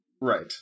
Right